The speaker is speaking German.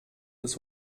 des